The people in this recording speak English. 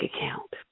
account